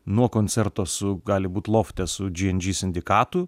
nuo koncerto su gali būt lofte su džy en džy sindikatu